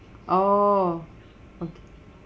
oo okay